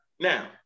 Now